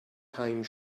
thyme